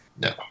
No